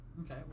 Okay